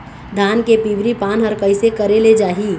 धान के पिवरी पान हर कइसे करेले जाही?